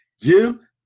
Jim